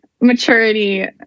maturity